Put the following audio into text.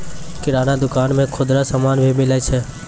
किराना दुकान मे खुदरा समान भी मिलै छै